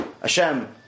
Hashem